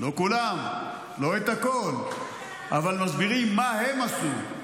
לא כולם, לא את הכול, אבל מסבירים מה הם עשו,